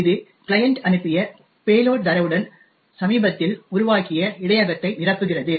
இது கிளையன்ட் அனுப்பிய பேலோட் தரவுடன் சமீபத்தில் உருவாக்கிய இடையகத்தை நிரப்புகிறது